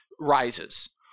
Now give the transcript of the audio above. rises